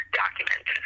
document